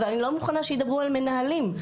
אני לא מוכנה שידברו על מנהלים.